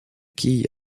quille